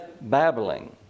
babbling